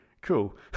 cool